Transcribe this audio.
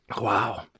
Wow